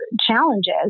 challenges